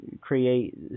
create